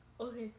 Okay